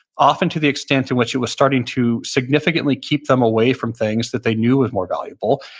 often to the extent in which it was starting to significantly keep them away from things that they knew was more valuable,